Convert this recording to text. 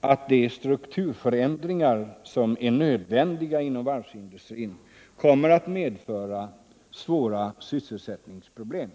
att de strukturförändringar som är nödvändiga inom varvsindustrin kommer att medföra svåra sysselsättningsproblem.